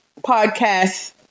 podcast